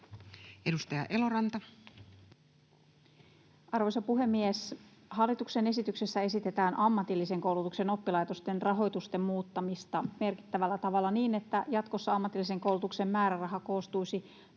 18:32 Content: Arvoisa puhemies! Hallituksen esityksessä esitetään ammatillisen koulutuksen oppilaitosten rahoitusten muuttamista merkittävällä tavalla niin, että jatkossa ammatillisen koulutuksen määräraha koostuisi